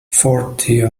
forty